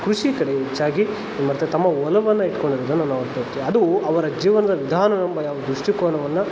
ಕೃಷಿ ಕಡೆ ಹೆಚ್ಚಾಗಿ ಮತ್ತು ತಮ್ಮ ಒಲವನ್ನು ಇಟ್ಕೊಂಡಿರೊದನ್ನು ನಾವು ನೋಡ್ತಾಯಿರ್ತಿವಿ ಅದು ಅವರ ಜೀವನದ ವಿಧಾನವೆಂಬ ಒಂದು ದೃಷ್ಟಿಕೋನವನ್ನು